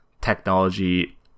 technology